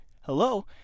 Hello